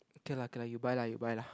okay lah okay lah you buy you buy lah